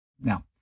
Now